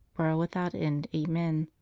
world without end. amen.